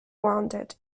wounded